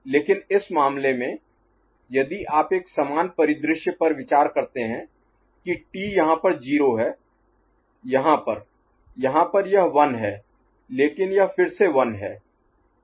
लेकिन इस मामले में यदि आप एक समान परिदृश्य पर विचार करते हैं कि टी यहाँ पर 0 है यहाँ पर यहाँ पर यह 1 है लेकिन यह फिर से 1 है